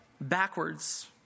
backwards